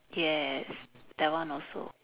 yes that one also